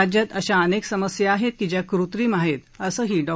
राज्यात अन्तेक अशा समस्या आहेत की ज्या कृत्रिम आहेत असंही डॉ